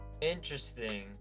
interesting